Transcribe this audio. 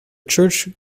church